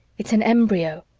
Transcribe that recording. it's an embryo,